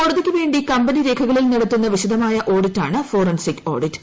കോടതിക്ക് വേണ്ടി കമ്പനിരേഖകളിൽ നടത്തുന്ന വിശദമായ ഓഡിറ്റാണ് ഫോറൻസിക് ഓഡിറ്റ്